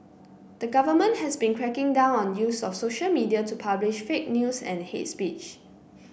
the government has been cracking down on the use of social media to publish fake news and hate speech